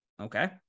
Okay